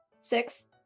Six